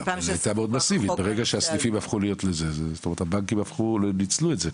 אבל היא נהיתה יותר מסיבית, הבנקים ניצלו את זה.